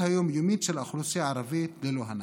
היום-יומית של האוכלוסייה הערבית ללא הנכבה.